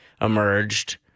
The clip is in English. emerged